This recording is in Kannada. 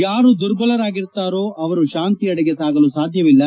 ಯಾರು ದುರ್ಬಲರಾಗಿರುತ್ತಾರೋ ಅವರು ಶಾಂತಿಯೆಡೆಗೆ ಸಾಗಲು ಸಾಧ್ಯವಿಲ್ಲ